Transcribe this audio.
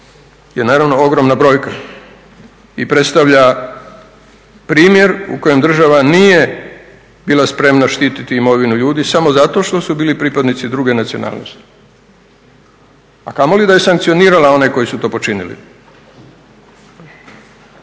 je naravno ogromna brojka i predstavlja primjer u kojem država nije bila spremna štititi imovinu ljudi samo zato što su bili pripadnici druge nacionalnosti, a kamoli da je sankcionirala one koji su to počinili.